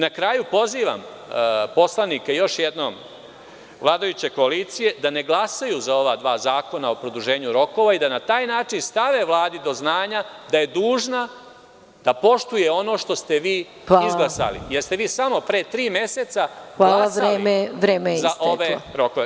Na kraju, pozivam još jednom poslanike vladajuće koalicije da ne glasaju za ova dva zakona o produženju rokova i da na taj način stave Vladi do znanja da je dužna da poštuje ono što ste izglasali, jer ste samo pre tri meseca glasali za ove rokove.